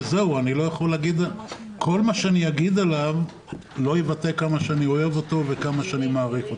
כל מה שאגיד עליו לא יבטא עד כמה אני אוהב אותו ועד כמה אני מעריך אותו.